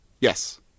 Yes